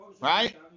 Right